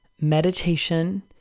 meditation